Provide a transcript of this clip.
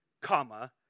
comma